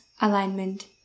alignment